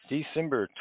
December